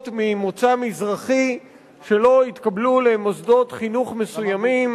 ממוצא מזרחי שלא התקבלו למוסדות חינוך מסוימים,